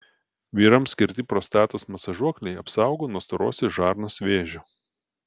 vyrams skirti prostatos masažuokliai apsaugo nuo storosios žarnos vėžio